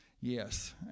yes